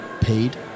paid